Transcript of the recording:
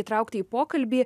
įtraukti į pokalbį